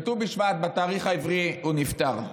בט"ו בשבט, בתאריך העברי, הוא נפטר.